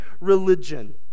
religion